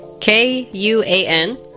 K-U-A-N